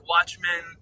Watchmen